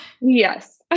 Yes